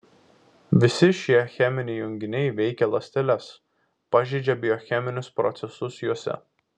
visi šie cheminiai junginiai veikia ląsteles pažeidžia biocheminius procesus juose